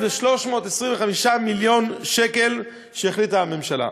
ו-325 מיליון שקל שעליו החליטה הממשלה.